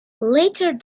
later